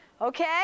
Okay